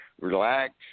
relax